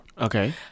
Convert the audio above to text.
Okay